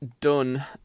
done